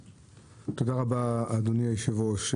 תודה רבה, אדוני היושב ראש.